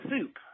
soup